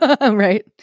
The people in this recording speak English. Right